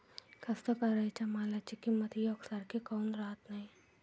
कास्तकाराइच्या मालाची किंमत यकसारखी काऊन राहत नाई?